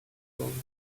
from